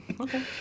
okay